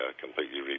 completely